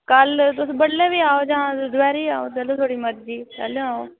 कल्ल तुस बडलै बी आओ जां ते दपैह्री आओ जेल्लै थुआढ़ी मर्जी तैह्लूं आओ